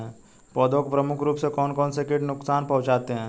पौधों को प्रमुख रूप से कौन कौन से कीट नुकसान पहुंचाते हैं?